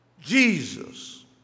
Jesus